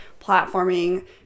platforming